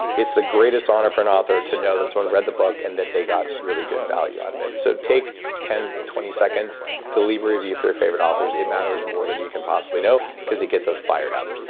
it's the greatest honor for an author to know that someone read the book, and that they got really good value out of it so take ten, twenty seconds to leave a review for your favorite authors. it matters more than you can possibly know, because it gets us fired up.